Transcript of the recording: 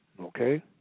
Okay